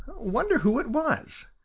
wonder who it was?